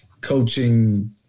coaching